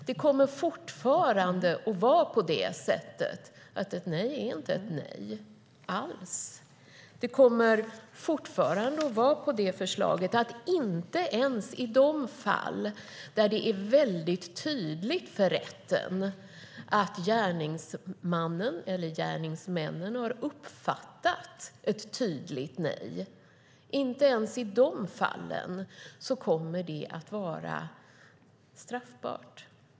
Det kommer fortfarande att vara på det sättet att ett nej inte alls är ett nej. Med detta förslag kommer detta fortfarande inte att vara straffbart ens i de fall där det är tydligt för rätten att gärningsmannen eller gärningsmännen har uppfattat ett tydligt nej.